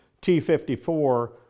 T-54